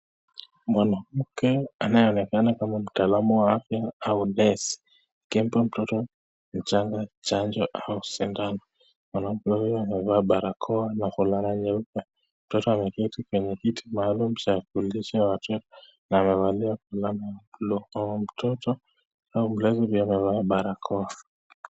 Mwanamke anayeonekana Kama mtaalamu Wa afya au nesi , akimpa mtoto mchanga chajo au sindano. Mwanamke huyo amevaa barakoa na vulana nyeupe. Mtoto ameketi kwenye kiti maalum ya kulisha watoto na amevalia vulana. Mtoto na mzazi amevaa barakoa.